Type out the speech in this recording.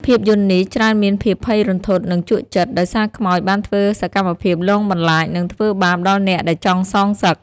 ភាពយន្តនេះច្រើនមានភាពភ័យរន្ធត់និងជក់ចិត្ត ដោយសារខ្មោចបានធ្វើសកម្មភាពលងបន្លាច និងធ្វើបាបដល់អ្នកដែលចង់សងសឹក។